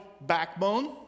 backbone